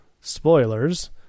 spoilers